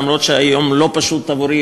אף שהיום היה לא פשוט עבורי,